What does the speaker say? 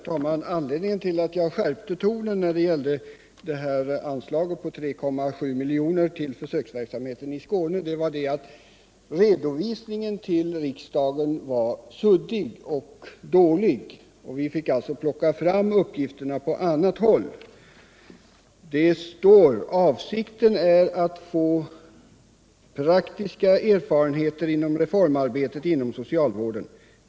Herr talman! Anledningen till att jag skärpte tonen när det gällde anslaget på 3,7 miljoner till försöksverksamheten i Skåne var att redovisningen till riksdagen var suddig och dålig. Vi fick alltså plocka fram uppgifterna på annat håll. Avsikten är att få praktiska erfarenheter av reformarbetet inom socialvården.